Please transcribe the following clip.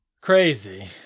crazy